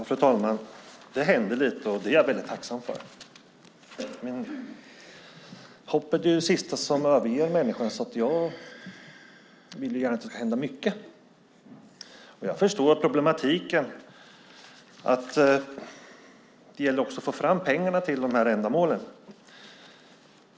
Fru talman! Det händer lite, och det är jag mycket tacksam för. Hoppet är det sista som överger människan. Jag vill gärna att det ska hända mycket. Jag förstår problematiken. Det gäller också att få fram pengar till de här ändamålen.